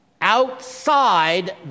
outside